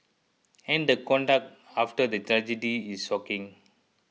and the conduct after the tragedy is shocking